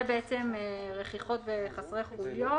03089010. זה רכיכות וחסרי חוליות